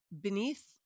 beneath